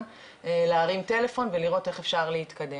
להרים טלפון ולראות איך אפשר להתקדם.